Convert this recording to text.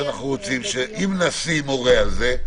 שאנחנו רוצים שאם נשיא מורה על זה,